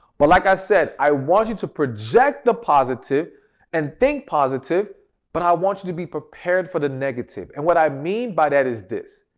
but like i said, i want you to project the positive and think positive but i want you to be prepared for the negative. and what i mean by that is this.